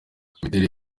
imiterere